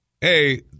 Hey